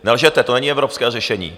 Nelžete, to není evropské řešení!